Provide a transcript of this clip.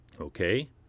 Okay